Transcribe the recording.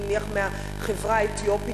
נניח מהחברה האתיופית,